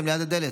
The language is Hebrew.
אתם ליד הדלת.